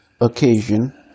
occasion